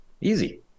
Easy